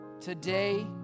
today